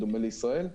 בדומה לישראל,